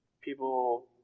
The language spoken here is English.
people